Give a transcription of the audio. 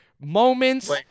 moments